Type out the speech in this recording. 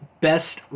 best